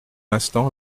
instant